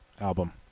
album